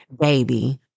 baby